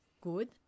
good